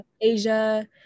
Asia